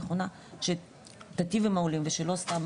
נכונה שתטיב עם העולים ושלא סתם